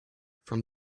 from